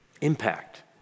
impact